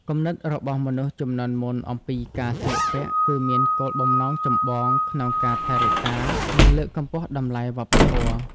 គំនិតរបស់មនុស្សជំនាន់មុនអំពីការស្លៀកពាក់គឺមានគោលបំណងចម្បងក្នុងការថែរក្សានិងលើកកម្ពស់តម្លៃវប្បធម៌។